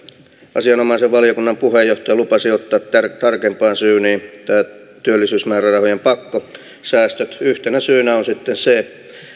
asianomaisen valiokunnan puheenjohtaja lupasi ottaa tarkempaan syyniin nämä työllisyysmäärärahojen pakkosäästöt yhtenä syynä on sitten se